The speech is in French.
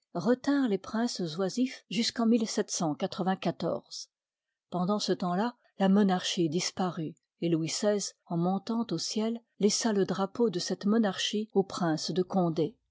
retinrent les princes oisifs jusqu'en pendant ce temps là la monarchie disparut et louis xvi en montant au ciel laissa le drapeau de cette monarchie au prince de condé